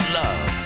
love